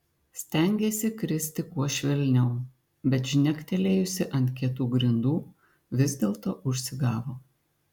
stengėsi kristi kuo švelniau bet žnektelėjusi ant kietų grindų vis dėlto užsigavo